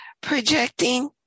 projecting